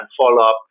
follow-up